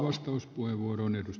arvoisa puhemies